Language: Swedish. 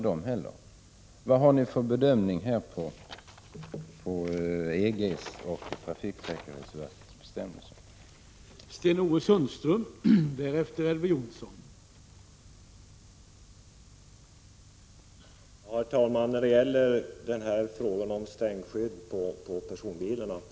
Vad har ni i det fallet gjort för bedömning av EG:s och trafiksäkerhetsverkets bestämmelser?